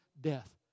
death